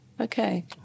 Okay